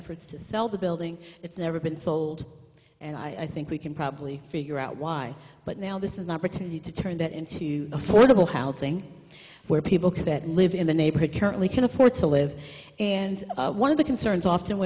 efforts to sell the building it's never been sold and i think we can probably figure out why but now this is an opportunity to turn that into affordable housing where people could it live in the neighborhood currently can afford to live and one of the concerns often